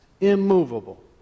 immovable